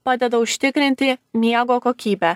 padeda užtikrinti miego kokybę